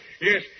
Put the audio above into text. yes